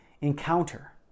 encounter